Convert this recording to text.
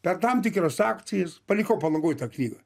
per tam tikras akcijas palikau palangoj tą knygą